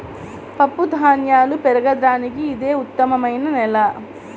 పప్పుధాన్యాలు పెరగడానికి ఇది ఉత్తమమైన నేల